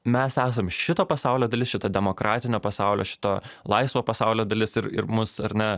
mes esam šito pasaulio dalis šito demokratinio pasaulio šito laisvo pasaulio dalis ir ir mus ar ne